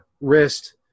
wrist